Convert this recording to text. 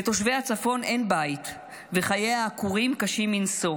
לתושבי הצפון אין בית וחיי העקורים קשים מנשוא.